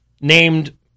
named